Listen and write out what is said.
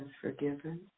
forgiven